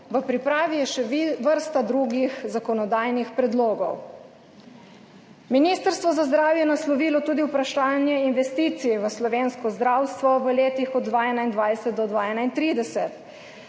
V pripravi je še vrsta drugih zakonodajnih predlogov. Ministrstvo za zdravje je naslovilo tudi vprašanje investicij v slovensko zdravstvo v letih od 2021 do 2031.